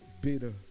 bitter